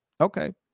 Okay